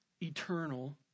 eternal